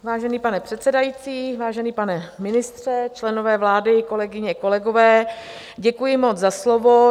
Vážený pane předsedající, vážený pane ministře, členové vlády, kolegyně, kolegové, děkuji moc za slovo.